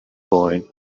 boy